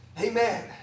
Amen